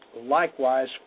likewise